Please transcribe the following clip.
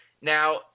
Now